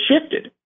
shifted